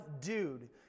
dude